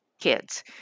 kids